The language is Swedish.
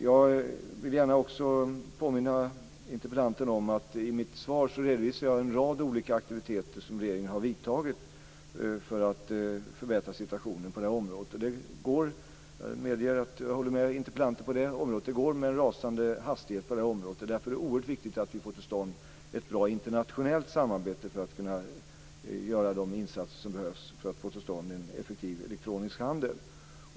Jag vill gärna påminna interpellanten om att jag i mitt svar redovisade en rad olika aktiviteter som regeringen har gjort för att förbättra situationen på området. Jag håller med interpellanten om att det går med en rasande hastighet på det här området. Därför är det oerhört viktigt att vi får till stånd ett bra internationellt samarbete för att kunna göra de insatser som behövs för att få till stånd en effektiv elektronisk handel.